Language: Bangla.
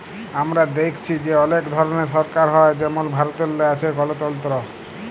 আমরা দ্যাইখছি যে অলেক ধরলের সরকার হ্যয় যেমল ভারতেল্লে আছে গলতল্ত্র